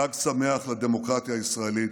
חג שמח לדמוקרטיה הישראלית.